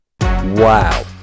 Wow